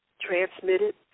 transmitted